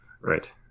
Right